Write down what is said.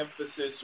emphasis